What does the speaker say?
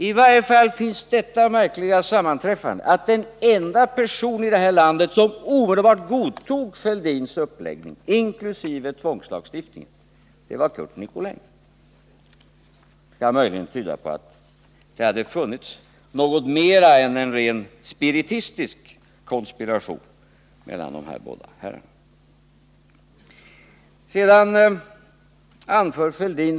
I varje fall uppstod den märkliga situationen att den enda personen i det här landet som omedelbart godtog Thorbjörn Fälldins uppläggning, inkl. tvångslagstiftningen, var Curt Nicolin. Det kan möjligen tyda på att det förekommit något mer än en rent spiritistisk konspiration mellan de här båda herrarna.